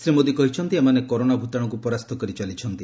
ଶ୍ରୀ ମୋଦି କହିଛନ୍ତି ଏମାନେ କରୋନା ଭୂତାଣୁକୁ ପରାସ୍ତ କରି ଚାଲିଛନ୍ତି